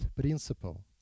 principle